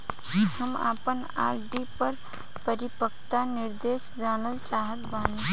हम आपन आर.डी के परिपक्वता निर्देश जानल चाहत बानी